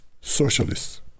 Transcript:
socialists